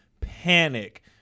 panic